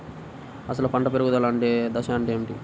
అసలు పంట పెరుగుదల దశ అంటే ఏమిటి?